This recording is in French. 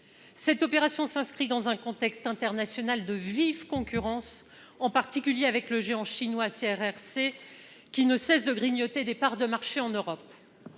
Cette opération s'inscrit dans un contexte international de vive concurrence, en particulier avec le géant chinois CRRC, qui ne cesse de grignoter des parts de marché en Europe.